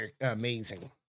amazing